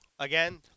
Again